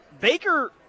Baker